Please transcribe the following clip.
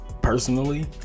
personally